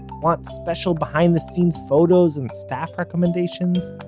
want special behind-the-scenes photos and staff recommendations?